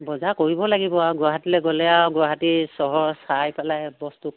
বজাৰ কৰিব লাগিব আৰু গুৱাহাটীলৈ গ'লে আৰু গুৱাহাটী চহৰ চাই পেলাই বস্তু